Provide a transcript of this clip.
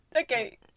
okay